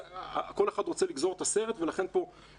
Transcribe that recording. הרבה פעמים כל אחד רוצה לגזור את הסרט וגם ההורים